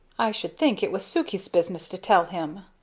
i should think it was sukey's business to tell him,